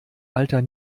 alter